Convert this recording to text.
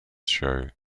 show